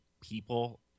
people